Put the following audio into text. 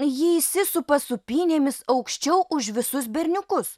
jį įsisupa sūpynėmis aukščiau už visus berniukus